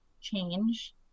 change